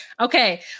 Okay